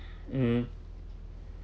mm